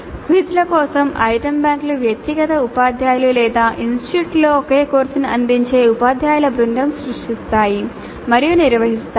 క్విజ్ల కోసం ఐటెమ్ బ్యాంకులు వ్యక్తిగత ఉపాధ్యాయులు లేదా ఇన్స్టిట్యూట్లో ఒకే కోర్సును అందించే ఉపాధ్యాయుల బృందం సృష్టించాయి మరియు నిర్వహిస్తాయి